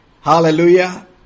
hallelujah